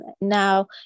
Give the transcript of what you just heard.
Now